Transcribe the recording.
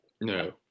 No